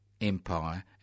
empire